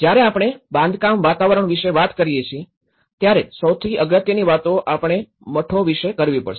જ્યારે આપણે બાંધકામ વાતાવરણ વિશે વાત કરીએ છીએ ત્યારે સૌથી અગત્યની વાતો આપણે મઠો વિષે કરવી પડશે